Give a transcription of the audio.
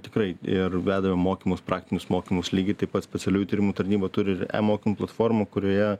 tikrai ir vedame mokymus praktinius mokymus lygiai taip pat specialiųjų tyrimų tarnyba turi ir e mokymų platformą kurioje